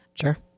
Sure